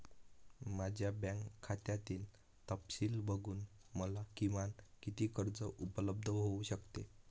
माझ्या बँक खात्यातील तपशील बघून मला किमान किती कर्ज उपलब्ध होऊ शकते?